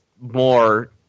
more